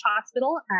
Hospital